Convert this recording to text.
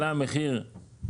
עלה המחיר,